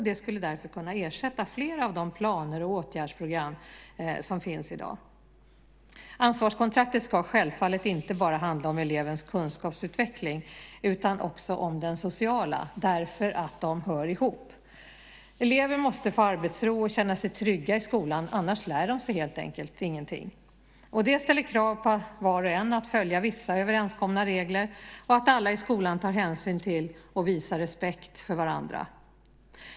Det skulle därför kunna ersätta flera av de planer och åtgärdsprogram som finns i dag. Ansvarskontraktet ska självfallet handla om inte bara elevens kunskapsutveckling utan också den sociala utvecklingen, för de hör ihop. Eleverna måste få arbetsro och känna sig trygga i skolan, annars lär de sig helt enkelt ingenting. Det ställer krav på var och en att följa vissa överenskomna regler, så att alla i skolan tar hänsyn till och visar respekt för varandra.